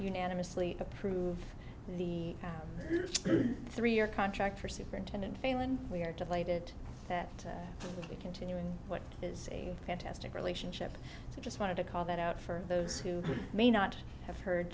unanimously approved the three year contract for superintendent failand we are delighted that will be continuing what is a fantastic relationship so i just wanted to call that out for those who may not have heard